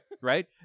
right